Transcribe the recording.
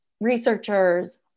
researchers